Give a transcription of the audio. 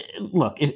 look